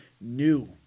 new